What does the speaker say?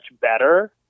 better